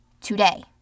today